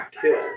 kill